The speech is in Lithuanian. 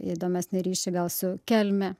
įdomesnį ryšį gal su kelme